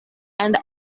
and